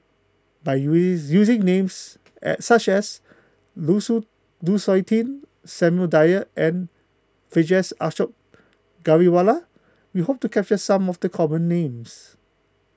by using names such as Lu Su Lu Suitin Samuel Dyer and Vijesh Ashok Ghariwala we hope to capture some of the common names